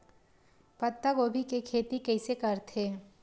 पत्तागोभी के खेती कइसे करथे?